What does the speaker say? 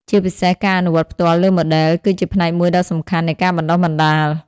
ជាពិសេសការអនុវត្តផ្ទាល់លើម៉ូដែលគឺជាផ្នែកមួយដ៏សំខាន់នៃការបណ្តុះបណ្តាល។